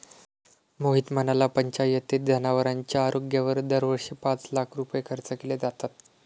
मोहित म्हणाला, पंचायतीत जनावरांच्या आरोग्यावर दरवर्षी पाच लाख रुपये खर्च केले जातात